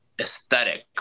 aesthetic